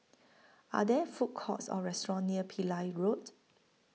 Are There Food Courts Or restaurants near Pillai Road